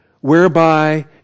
whereby